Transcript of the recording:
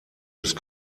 ist